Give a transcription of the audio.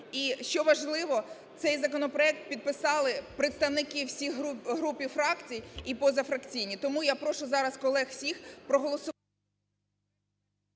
І що важливо, цей законопроект підписали представники всіх груп і фракцій, і позафракційні. Тому я прошу зараз колег всіх проголосувати…